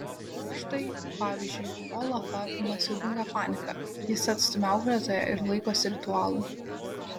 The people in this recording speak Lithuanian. štai pavyzdžiui olafą apima siaubinga panika jis atstumia auklėtoją ir laikosi ritualų